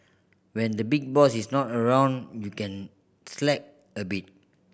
when the big boss is not around you can slack a bit